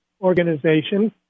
organization